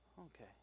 Okay